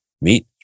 meet